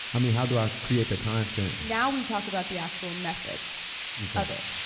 i mean, how do i create the content? now we talk about the actual method of it.